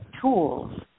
tools